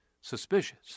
suspicious